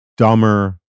dumber